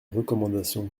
recommandations